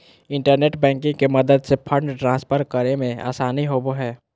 internet banking के मदद से फंड ट्रांसफर करे मे आसानी होवो हय